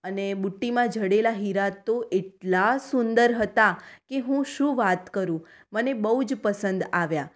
અને બુટ્ટીમાં જડેલા હીરા તો એટલા સુંદર હતા કે હું શું વાત કરું મને બહુ જ પસંદ આવ્યા